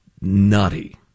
nutty